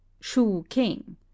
Shu-King